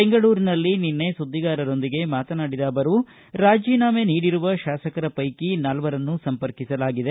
ಬೆಂಗಳೂರಿನಲ್ಲಿ ನಿನ್ನೆ ಸುದ್ದಿಗಾರರೊಂದಿಗೆ ಮಾತನಾಡಿದ ಅವರು ರಾಜೀನಾಮೆ ನೀಡಿರುವ ಶಾಸಕರ ಪೈಕಿ ನಾಲ್ವರನ್ನು ಸಂಪರ್ಕಿಸಲಾಗಿದೆ